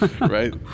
Right